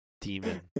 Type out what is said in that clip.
demon